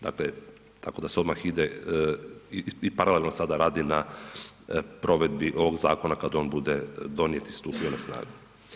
Dakle, tako da se odmah ide i paralelno radi na provedbi ovog zakona kada on bude donijet i stupio na snagu.